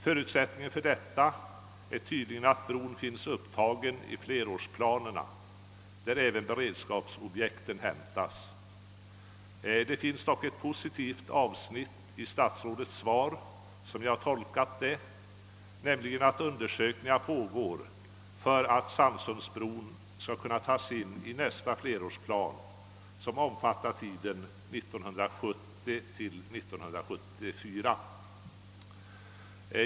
Förutsättningen för detta är tydligen att bron finns upptagen i flerårsplanerna, ur vilka även beredskapsobjekten hämtas. Det finns dock ett positivt avsnitt i statsrådets svar — som jag har tolkat det — nämligen att undersökningar pågår för att Sannsundsbron skall kunna tas in i nästa flerårsplan, som omfattar tiden 1970—1974.